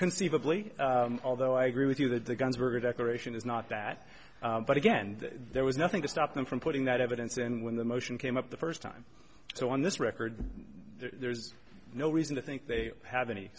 conceivably although i agree with you that the guns were decoration is not that but again there was nothing to stop them from putting that evidence and when the motion came up the first time so on this record there's no reason to think they have any